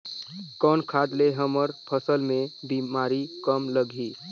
कौन खाद ले हमर फसल मे बीमारी कम लगही?